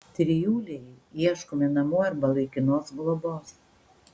trijulei ieškome namų arba laikinos globos